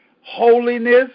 holiness